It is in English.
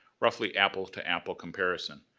roughly, apple-to-apple comparison.